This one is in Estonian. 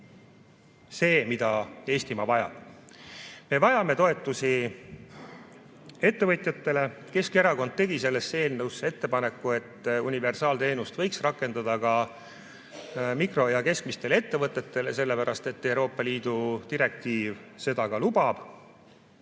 see, mida Eestimaa vajab. Me vajame toetusi ettevõtjatele. Keskerakond tegi selle eelnõu kohta ettepaneku, et universaalteenust võiks rakendada ka mikro‑ ja keskmistele ettevõtetele, sellepärast et Euroopa Liidu direktiiv seda ka lubab.